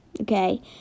okay